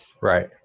Right